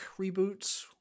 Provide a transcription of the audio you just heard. reboots